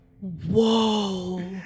Whoa